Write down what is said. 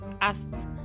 asked